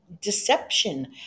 deception